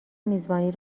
میزبانی